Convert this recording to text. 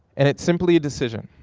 and it's simply a decision.